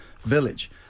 village